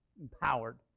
empowered